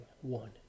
one